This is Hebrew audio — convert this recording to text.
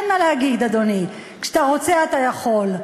אין מה להגיד, אדוני, כשאתה רוצה אתה יכול.